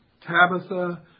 Tabitha